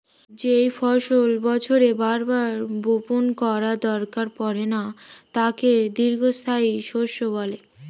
যেই ফসল বছরে বার বার বপণ করার দরকার পড়ে না তাকে দীর্ঘস্থায়ী শস্য বলে